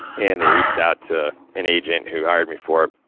and they reached out to an agent, who hired me for it.